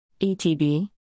ETB